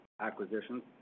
acquisitions